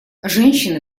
женщины